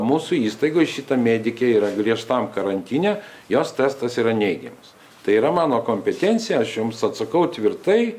mūsų įstaigoj šita medikė yra griežtam karantine jos testas yra neigiamas tai yra mano kompetencija aš jums atsakau tvirtai